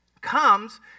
comes